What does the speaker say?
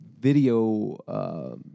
video